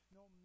no